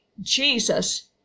Jesus